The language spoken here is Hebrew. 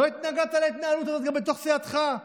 לא התנגדת להתנהלות הזאת גם בתוך סיעתך.